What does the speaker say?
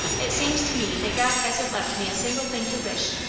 it seems to me that god hasn't left me a single thing to wish.